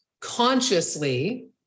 consciously